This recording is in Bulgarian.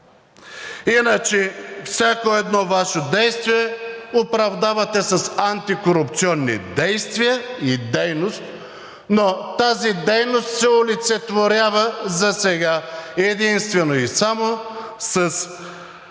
Иначе всяко едно Ваше действие оправдавате с антикорупционни действия и дейност, но тази дейност се олицетворява засега единствено и само с